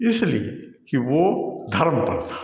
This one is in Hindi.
इसलिए कि वो धर्म पर था